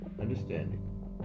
Understanding